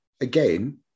again